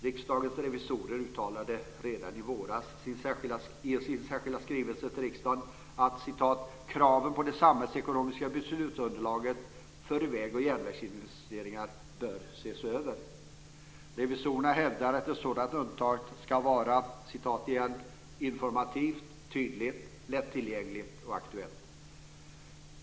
Riksdagens revisorer uttalade redan i våras i sin särskilda skrivelse till riksdagen att "kraven på det samhällsekonomiska beslutsunderlaget för väg och järnvägsinvesteringar bör ses över". Revisorerna hävdar att ett sådant underlag ska vara "informativt, tydligt, lättillgängligt och aktuellt".